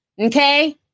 okay